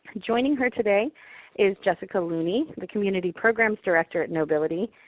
joining her today is jessica looney, the community programs director at knowbility,